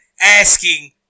asking